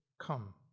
come